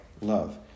love